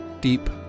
deep